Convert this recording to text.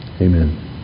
Amen